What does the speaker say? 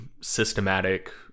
systematic